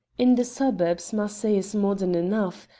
in the suburbs marseilles is modern enough,